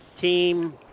team